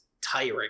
tiring